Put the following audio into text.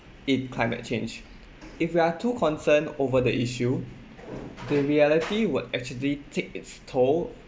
in climate change if you are too concerned over the issue the reality would actually take its toll